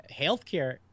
healthcare